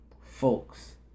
Folks